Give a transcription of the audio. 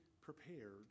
prepared